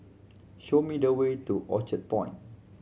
show me the way to Orchard Point